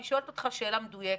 אני שואלת אותך שאלה מדויקת,